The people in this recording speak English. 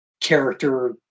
character